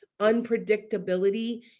unpredictability